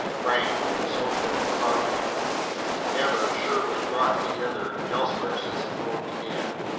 frank, social, or hearty never, sure, was brought together elsewhere since the world began.